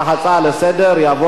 כהצעה לסדר-היום,